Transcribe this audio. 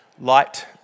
light